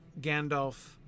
Gandalf